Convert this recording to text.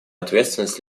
ответственность